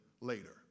later